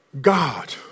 God